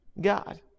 God